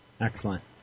Excellent